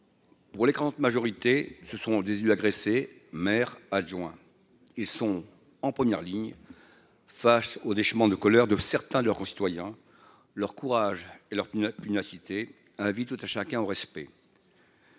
pour l'écrasante majorité ce sont des élus agressés, maire adjoint, ils sont en première ligne face au déchaînement de colère de certains de leurs concitoyens leur courage et leur pneus pugnacité tout à chacun au respect.